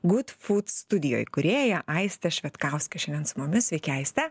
gut fud studijo įkūrėja aistė švetkauskė šiandien su mumis sveiki aiste